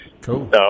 Cool